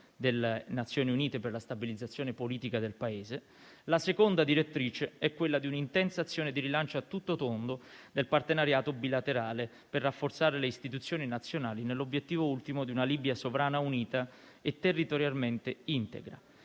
delle Nazioni Unite per la stabilizzazione politica del Paese. La seconda direttrice è quella di un'intensa azione di rilancio a tutto tondo nel partenariato bilaterale per rafforzare le Istituzioni nazionali, nell'obiettivo ultimo di una Libia sovrana unita e territorialmente integra.